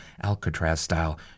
Alcatraz-style